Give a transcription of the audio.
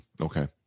okay